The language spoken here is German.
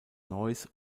neuss